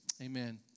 amen